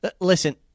Listen